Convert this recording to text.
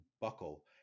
buckle